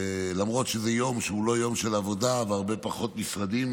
למרות שזה יום שהוא לא יום של עבודה ויש הרבה פחות משרדים